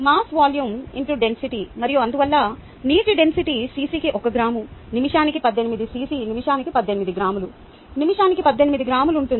mass volume X density మరియు అందువల్ల నీటి డెన్సిటీ సిసికి 1 గ్రాము నిమిషానికి 18 సిసి నిమిషానికి 18 గ్రాములు నిమిషానికి 18 గ్రాములు ఉంటుంది